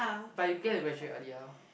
but you get to graduate earlier